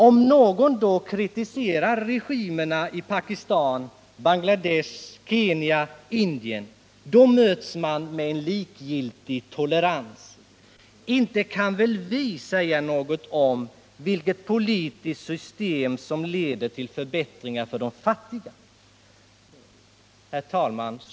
Om någon kritiserar regimerna i Pakistan, Bangladesh, Kenya eller Indien, så möts han av en likgiltig tolerans. Inte kan väl vi säga något om vilket politiskt system som leder till förbättringar för de fattiga.